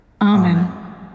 Amen